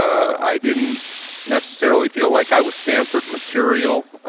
i didn't necessary feel like i was stanford material.